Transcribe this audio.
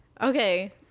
Okay